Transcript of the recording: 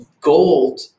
Gold